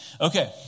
Okay